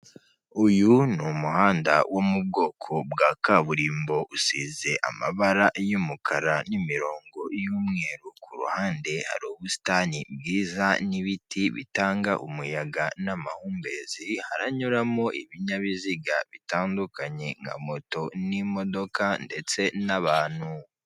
Uyu umuhanda wo mu bwoko bwa kaburimbo, usize amabara y'umukara n'imirongo y'umweru, ku ruhande hari ubusitani bwiza n'ibiti bitanga umuyaga n'amahumbezi, haranyuramo ibinyabiziga bitandukanye nka moto n'imodoka ndetse n'abantu.